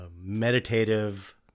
meditative